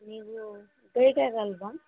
ನೀವು ಗೈಡರಲ್ವಾ